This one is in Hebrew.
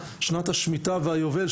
שנת השמיטה והיובל,